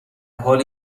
حال